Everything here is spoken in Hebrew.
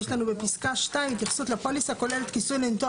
יש לנו בפסקה (2) התייחסות ל'פוליסה כוללת כיסוי לניתוח